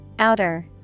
Outer